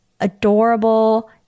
adorable